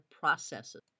processes